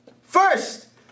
First